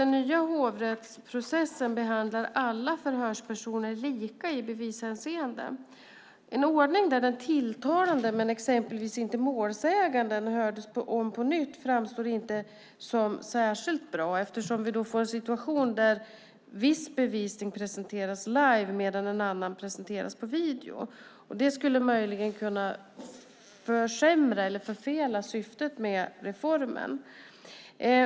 Den nya hovrättsprocessen behandlar alla förhörspersoner lika i bevishänseende. En ordning där den tilltalade men exempelvis inte målsäganden hördes om på nytt framstår inte som särskilt bra eftersom vi då får en situation där viss bevisning presenteras live medan en annan presenteras på video. Det skulle möjligen kunna försämra eller förfela syftet med reformen.